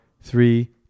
three